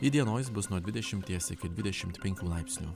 įdienojus bus nuo dvidešimties iki dvidešimt penkių laipsnių